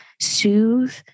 soothe